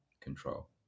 control